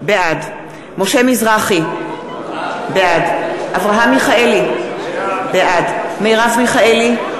בעד משה מזרחי, בעד אברהם מיכאלי, בעד מרב מיכאלי,